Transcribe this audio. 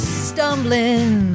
stumbling